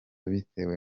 bitewe